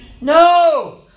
No